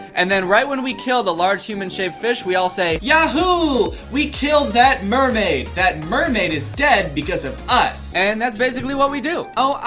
and then right when we kill the large human-shaped fish, we all say yahoo, we killed that mermaid! that mermaid is dead because of us. and that's basically what we do. oh,